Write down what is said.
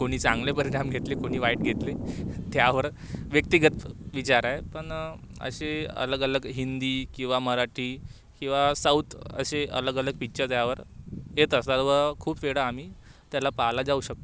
कोणी चांगले परिणाम घेतले कोणी वाईट घेतले त्यावर व्यक्तिगत विचार आहे पण असे अलग अलग हिंदी किंवा मराठी किंवा साऊथ असे अलग अलग पिक्चर त्यावर येत असतात व खूप वेळा आम्ही त्याला पाहायला जाऊ शकतो